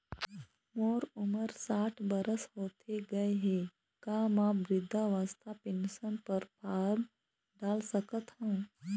मोर उमर साठ बछर होथे गए हे का म वृद्धावस्था पेंशन पर फार्म डाल सकत हंव?